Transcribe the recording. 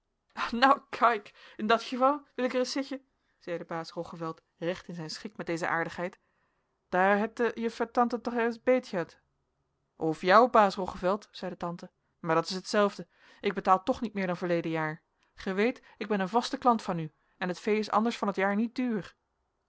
nou kaik in dat geval wü ik ereis zeggen zeide baas roggeveld recht in zijn schik met deze aardigheid daar het de juffer tante toch ereis beet ehad of jou baas roggeveld zeide tante maar dat is hetzelfde ik betaal toch niet meer dan verleden jaar gij weet ik ben een vaste klant van u en t vee is anders van t jaar niet duur